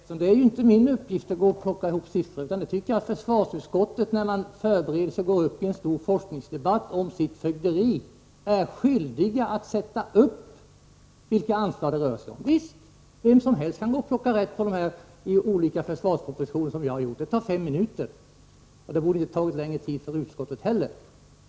Herr talman! Det är inte min uppgift att plocka ihop siffror. När försvarsutskottet förbereder en stor debatt om forskningen inom sitt fögderi, är utskottet också skyldigt att redovisa vilka anslag det rör sig om. Vem som helst kan plocka rätt på siffror ur olika försvarspropositioner, så som jag har gjort. Det tar fem minuter, och det torde inte ta längre tid för utskottet heller.